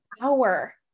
hour